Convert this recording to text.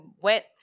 went